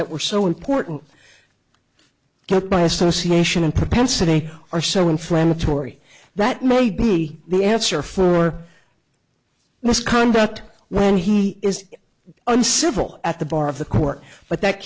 that were so important by association and propensity are so inflammatory that may be the answer for misconduct when he is uncivil at the bar of the court but that